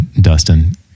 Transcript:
Dustin